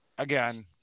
Again